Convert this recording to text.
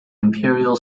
imperial